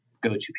go-to